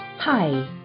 Hi